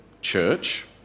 church